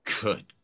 Good